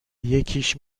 یکیش